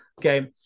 Okay